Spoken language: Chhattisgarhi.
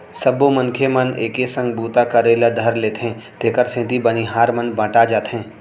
सबो मनखे मन एके संग बूता करे ल धर लेथें तेकर सेती बनिहार मन बँटा जाथें